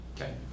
Okay